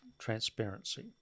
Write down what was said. transparency